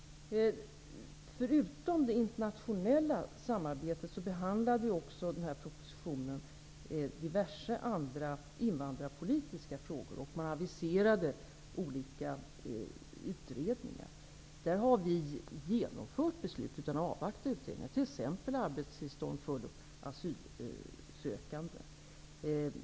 Förutom det internationella samarbetet behandlades i propositionen diverse andra invandrarpolitiska frågor, och olika utredningar aviserades. Där har vi fattat beslut utan att avvakta utredningarna, t.ex. om arbetstillstånd för asylsökande.